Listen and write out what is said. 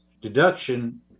deduction